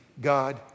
God